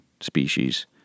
species